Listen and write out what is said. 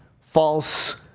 false